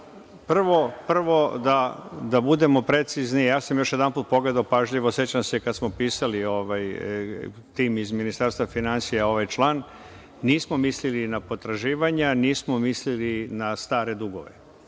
Prvo da budemo precizni. Ja sam još jednom pogledao pažljivo, sećam se kad smo pisali, tim iz Ministarstva finansija, ovaj član. Nismo mislili na potraživanja, nismo mislili na stare dugove.